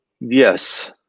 yes